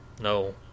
no